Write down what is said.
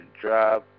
drive